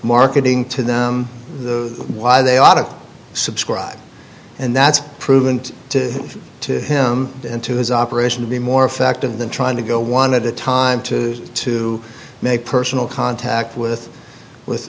marketing to them why they ought to subscribe and that's proven to to him and to his operation to be more effective than trying to go one at a time to to make personal contact with with